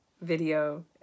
video